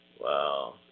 Wow